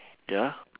ya